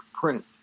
print